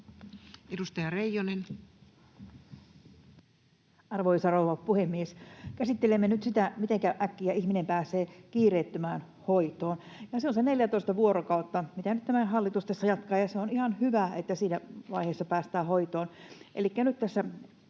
19:41 Content: Arvoisa rouva puhemies! Käsittelemme nyt sitä, mitenkä äkkiä ihminen pääsee kiireettömään hoitoon. Se on se 14 vuorokautta, mitä nyt tämä hallitus tässä jatkaa, ja on ihan hyvä, että siinä vaiheessa päästään hoitoon.